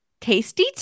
Tasty